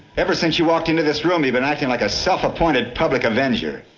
ever since you walked into this room, you've been acting like a self-appointed public avenger.